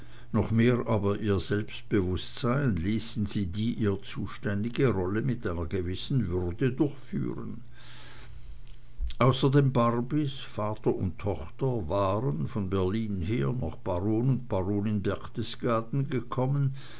noch mehr aber ihr selbstbewußtsein ließen sie die ihr zuständige rolle mit einer gewissen würde durchführen außer den barbys vater und tochter waren von berlin her noch baron und baronin berchtesgaden gekommen